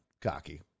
Cocky